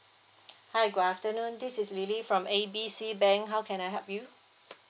hi good afternoon this is lily from A B C bank how can I help you